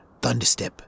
Thunderstep